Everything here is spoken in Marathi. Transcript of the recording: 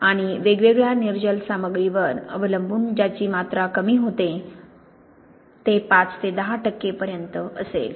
आणि वेगवेगळ्या निर्जल सामग्रीवर अवलंबून ज्याची मात्रा कमी होते ते 5 ते 10 टक्के पर्यंत असेल